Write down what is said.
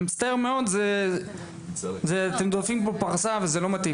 אני מצטער מאוד, אתם --- פה פרסה וזה לא מתאים.